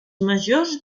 majors